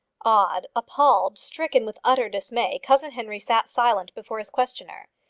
awed, appalled, stricken with utter dismay, cousin henry sat silent before his questioner.